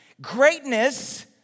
greatness